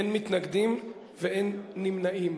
אין מתנגדים ואין נמנעים.